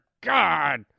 God